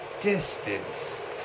distance